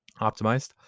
Optimized